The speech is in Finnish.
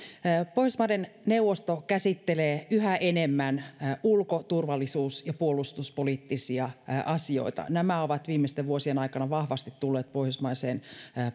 pohjoismaiden neuvosto käsittelee yhä enemmän ulko turvallisuus ja puolustuspoliittisia asioita nämä ovat viimeisten vuosien aikana vahvasti tulleet pohjoismaiseen